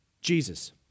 Jesus